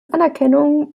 anerkennung